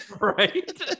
Right